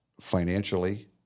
financially